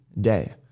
day